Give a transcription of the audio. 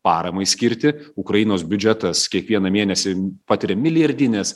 paramai skirti ukrainos biudžetas kiekvieną mėnesį patiria milijardines